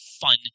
fun